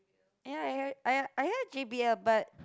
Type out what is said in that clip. yeah I heard I I heard J_B_L but